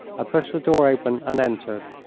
i pushed the door open and entered.